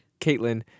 Caitlin